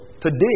Today